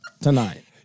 tonight